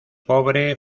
pobre